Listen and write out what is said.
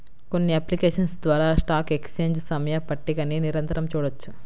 కొన్ని అప్లికేషన్స్ ద్వారా stock exchange సమయ పట్టికని నిరంతరం చూడొచ్చు